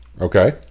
Okay